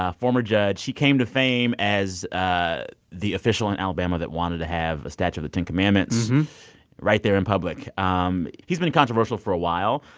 ah former judge. he came to fame as ah the official in alabama that wanted to have a statue of the ten commandments right there in public. um he's been controversial for a while.